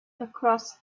across